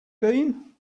been